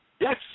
Yes